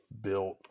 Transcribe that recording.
built